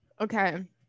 Okay